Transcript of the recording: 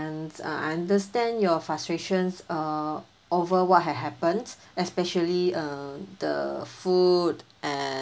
uh I understand your frustrations err over what had happened especially err the food and